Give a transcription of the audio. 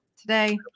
today